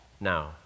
Now